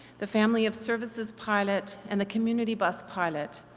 the family of services pilot and the community bus pilot,